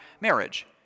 marriage